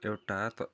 एउटा